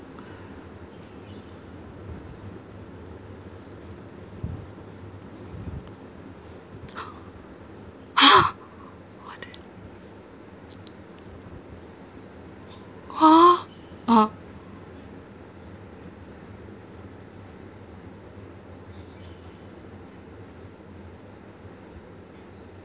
!huh! what the !huh! uh